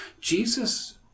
Jesus